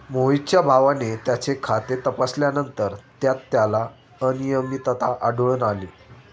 मोहितच्या भावाने त्याचे खाते तपासल्यानंतर त्यात त्याला अनियमितता आढळून आली